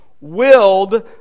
willed